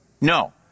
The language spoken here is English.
No